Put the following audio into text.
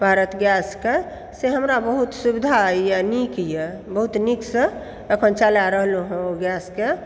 भारत गैसके से हमरा बहुत सुविधा यऽ नीक यऽ बहुत नीकसँ अखन चला रहलहुँ हँ ओ गैसके